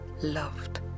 loved